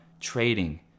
trading